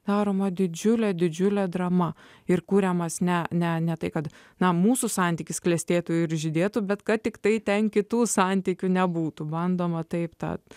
daroma didžiulė didžiulė drama ir kuriamas ne ne ne tai kad na mūsų santykis klestėtų ir žydėtų bet kad tiktai ten kitų santykių nebūtų bandoma taip tad